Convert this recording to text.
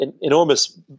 enormous